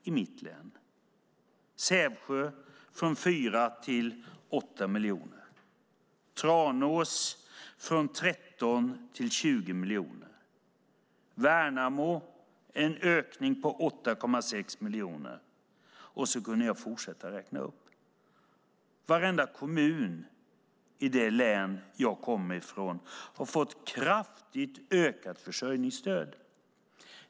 I Sävsjö har det ökat från 4 till 8 miljoner och i Tranås från 13 till 20 miljoner, och i Värnamo är det en ökning på 8,6 miljoner. Så kunde jag fortsätta uppräkningen. I varenda kommun i det län jag kommer från har det blivit ett kraftigt ökat försörjningsstöd.